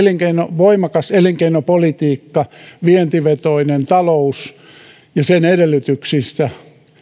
voimakas elinkeinopolitiikka ja vientivetoinen talous ja sen edellytyksistä